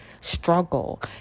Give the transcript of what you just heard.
struggle